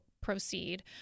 proceed